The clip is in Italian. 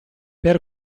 per